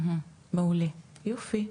מעולה, יופי.